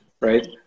Right